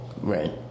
right